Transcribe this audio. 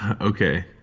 Okay